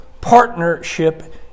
Partnership